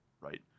right